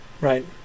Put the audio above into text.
right